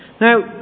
Now